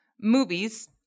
movies